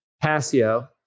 Passio